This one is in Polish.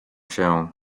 się